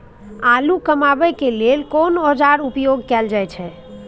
आलू कमाबै के लेल कोन औाजार उपयोग कैल जाय छै?